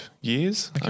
years